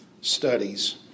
studies